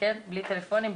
בלי טלפונים,